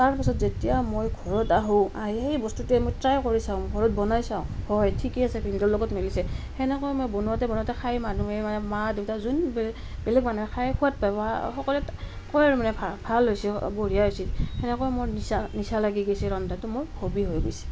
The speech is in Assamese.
তাৰপাছত যেতিয়া মই ঘৰত আহোঁ আহি সেই বস্তুটোৱে মই ট্ৰাই কৰি চাওঁ ঘৰত বনাই চাওঁ হয় ঠিকে আছে ভিনদেউৰ লগত মিলিছে সেনেকৈ মই বনাওঁতে বনাওঁতে খাই মানুহে মানে মা দেউতা যোন বে বেলেগ মানুহে খাই সোৱাদ পায় সকলোৱে কয় আৰু মানে ভা ভাল হৈছে বঢ়িয়া হৈছে সেনেকৈ মোৰ নিচা নিচা লাগি গৈছে ৰন্ধাটো মোৰ হবি হৈ গৈছে